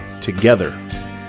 together